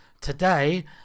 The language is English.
Today